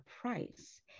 price